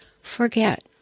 forget